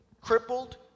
crippled